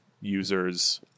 users